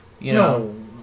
No